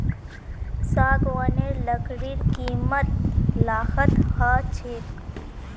सागवानेर लकड़ीर कीमत लाखत ह छेक